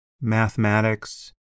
mathematics